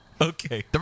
Okay